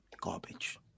garbage